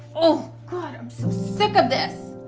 oh god, i'm so sick of this.